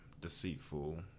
deceitful